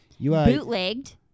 Bootlegged